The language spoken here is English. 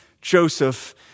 Joseph